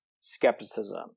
skepticism